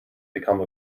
become